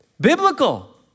Biblical